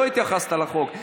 בגלל שלא התייחסת לחוק.